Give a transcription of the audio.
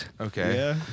Okay